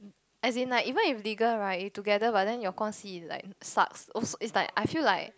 as in even it's legal right you together but then your 关系: guan xi like sucks is like I feel like